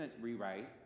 rewrite